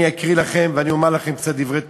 אני אקריא לכם ואומר לכם קצת דברי תורה,